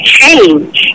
change